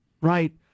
right